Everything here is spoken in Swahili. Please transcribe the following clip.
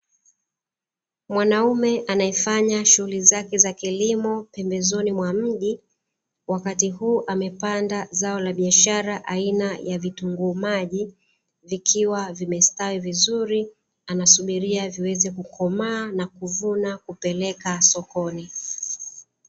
Mwanaume anayefanya shughuli zake za kilimo pembezoni mwa mji. Wakati huu amepanda zao la biashara aina ya vitunguu maji, vikiwa vimestawi vizuri anasubiria viweze kukomaa na kuvuna kupeleka sokoni.